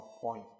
point